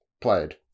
played